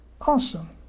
awesome